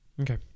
Okay